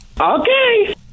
Okay